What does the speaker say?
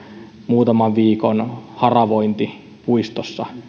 muutaman viikon haravointi puistossa mikä